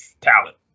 talent